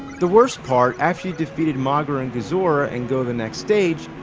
the worst part, after you defeated moguera and gezora and go the next stage,